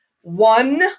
one